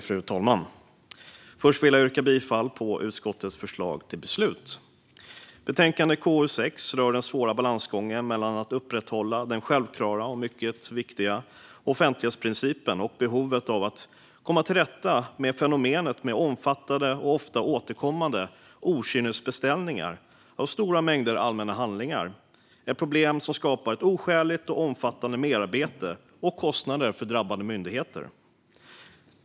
Fru talman! Jag vill börja med att yrka bifall till utskottets förslag till beslut. Betänkande KU6 rör den svåra balansgången mellan att upprätthålla den självklara och mycket viktiga offentlighetsprincipen och behovet av att komma till rätta med fenomenet med omfattande och ofta återkommande okynnesbeställningar av stora mängder allmänna handlingar. Det är ett problem som skapar ett oskäligt och omfattande merarbete och kostnader för drabbade myndigheter.